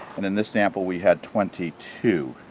and in this sample we had twenty two